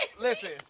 listen